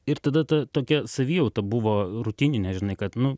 ir tada ta tokia savijauta buvo rutininė žinai kad nu